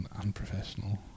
unprofessional